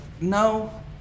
No